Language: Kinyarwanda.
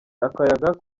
akayaga